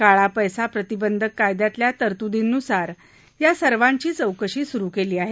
काळा पैसा प्रतिबंधक कायद्यातल्या तरत्दींन्सार या सर्वांची चौकशी स्रु केली आहे